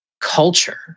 culture